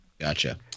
Gotcha